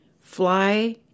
fly